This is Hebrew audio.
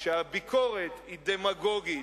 כשהביקורת היא דמגוגית,